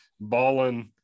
balling